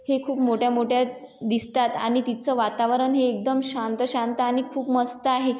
हे खूप मोठ्या मोठ्या दिसतात आणि तिथचं वातावरण हे एकदम शांत शांत आणि खूप मस्त आहे